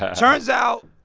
turns out,